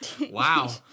Wow